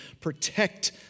protect